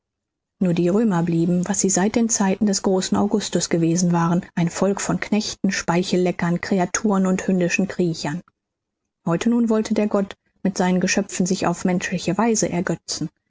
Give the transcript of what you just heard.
nur die römer blieben was sie seit den zeiten des großen augustus geworden waren ein volk von knechten speichelleckern kreaturen und hündischen kriechern heute nun wollte der gott mit seinen geschöpfen sich auf menschliche weise ergötzen